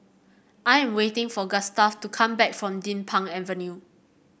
I am waiting for Gustaf to come back from Din Pang Avenue